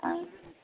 आं